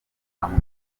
hamwe